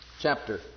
chapter